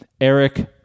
Eric